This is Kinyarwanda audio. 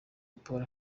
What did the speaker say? polly